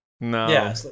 No